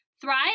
Thrive